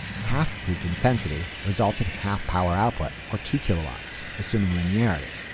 half peak intensity results in half-power output or two kilowatts, assuming linearity.